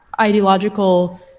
ideological